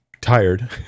tired